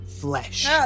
flesh